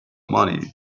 money